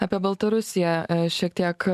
apie baltarusiją šiek tiek